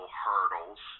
hurdles